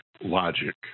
logic